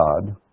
God